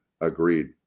Agreed